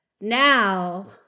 now